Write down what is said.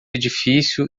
edifício